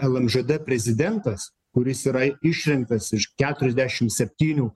lmžd prezidentas kuris yra išrinktas iš keturiasdešim septynių